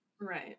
Right